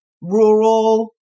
rural